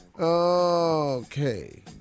Okay